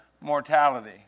mortality